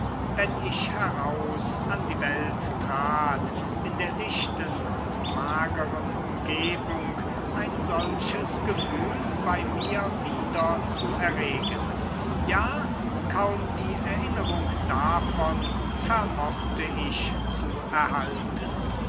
wenn ich heraus an die welt trat in der lichten und mageren umgebung ein solches gefühl bei mir wieder zu erregen ja kaum die erinnerung davon vermochte ich zu erhalten